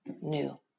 new